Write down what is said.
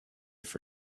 for